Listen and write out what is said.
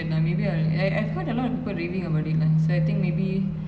ya correct so நம்ம மொத பேசிட்டு இருந்தமே:namma motha pesitu irunthame people will flock to the cinemas